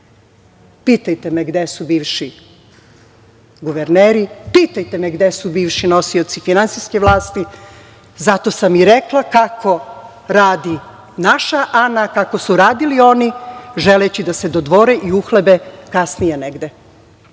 stran. Pitajte me gde su bivši guverneri. Pitajte me gde su bivši nosioci finansijske vlasti. Zato sam i rekla kako radi naša Ana, kako su radili oni želeći da se dodvore i uhlebe kasnije negde.